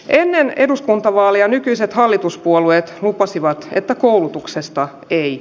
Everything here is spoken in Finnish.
emi eduskuntavaaleja nykyiset hallituspuolueet lupasivat että koulutuksesta ei